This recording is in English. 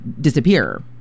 disappear